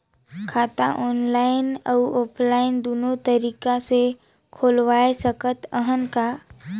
खाता ऑनलाइन अउ ऑफलाइन दुनो तरीका ले खोलवाय सकत हन का?